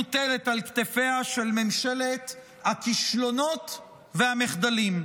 מוטלת על כתפיה של ממשלת הכישלונות והמחדלים.